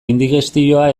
indigestioa